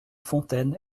fontaine